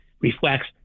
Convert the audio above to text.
reflects